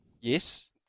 Yes